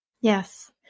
Yes